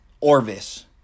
Orvis